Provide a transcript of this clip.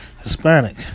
Hispanic